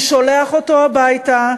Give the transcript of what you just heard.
הוא שולח אותו הביתה,